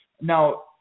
Now